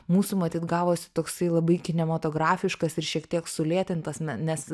mūsų matyt gavosi toksai labai kinematografiškas ir šiek tiek sulėtintas nes